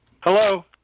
Hello